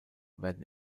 werden